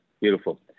beautiful